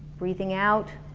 breathing out,